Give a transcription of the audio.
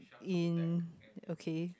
in okay